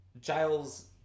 Giles